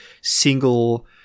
single